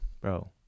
bro